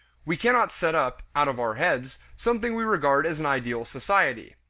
we cannot set up, out of our heads, something we regard as an ideal society.